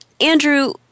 Andrew